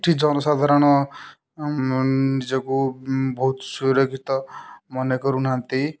ଏଠି ଜନସାଧାରଣ ନିଜକୁ ବହୁତ ସୁରକ୍ଷିତ ମନେ କରୁନାହାନ୍ତି